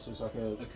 Okay